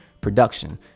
production